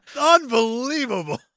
Unbelievable